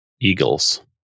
eagles